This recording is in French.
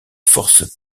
force